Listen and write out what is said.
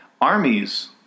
armies